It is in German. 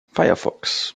firefox